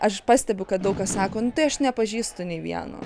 aš pastebiu kad daug kas sako nu tai aš nepažįstu nei vieno